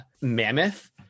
mammoth